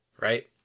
Right